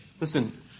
listen